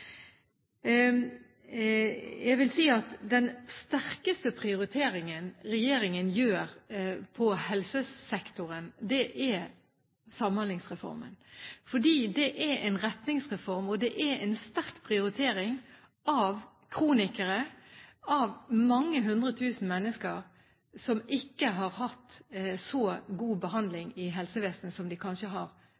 Jeg vil si at den sterkeste prioriteringen regjeringen gjør i helsesektoren, er Samhandlingsreformen, fordi det er en retningsreform med en sterk prioritering av kronikere, av mange hundre tusen mennesker som ikke har hatt så god